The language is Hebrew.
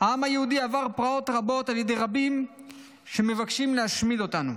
העם היהודי עבר פרעות רבות על ידי רבים אשר מבקשים להשמיד אותנו.